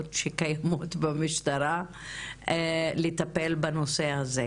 שקיימות במשטרה לטפל בנושא הזה.